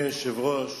אדוני היושב-ראש,